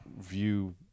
view